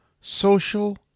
social